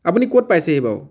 আপুনি ক'ত পাইছেহি বাৰু